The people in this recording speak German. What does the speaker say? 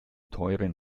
teuren